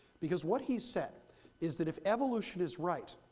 because what he said is that if evolution is right,